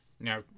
Now